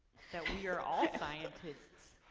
that we are all scientists.